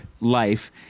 life